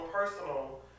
Personal